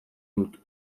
dut